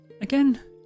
again